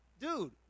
Dude